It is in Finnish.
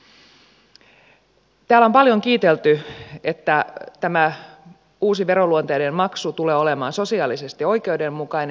täällä on paljon kiitelty siitä että tämä uusi veroluonteinen maksu tulee olemaan sosiaalisesti oikeudenmukainen